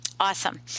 Awesome